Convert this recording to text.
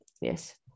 Yes